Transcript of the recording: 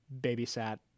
babysat